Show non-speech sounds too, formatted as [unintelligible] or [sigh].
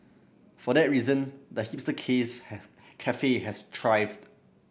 for that reason the hipster [unintelligible] have cafe has thrived